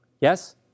yes